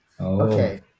Okay